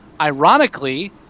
Ironically